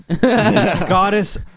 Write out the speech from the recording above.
Goddess